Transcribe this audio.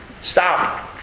stop